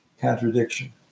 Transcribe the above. contradiction